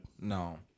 No